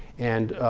and